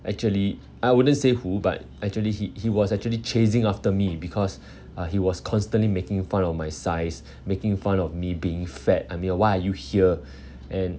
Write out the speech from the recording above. actually I wouldn't say who but actually he he was actually chasing after me because uh he was constantly making fun of my size making fun of me being fat I mean why are you here and